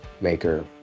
maker